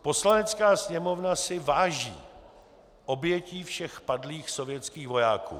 Poslanecká sněmovna si váží obětí všech padlých sovětských vojáků.